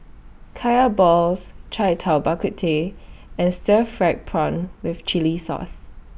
Kaya Balls Cai Tao Bak Kut Teh and Stir Fried Prawn with Chili Sauce